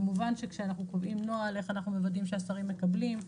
כמובן שכשאנחנו קובעים נוהל; איך אנחנו מוודאים שהשרים מקבילים,